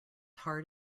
hard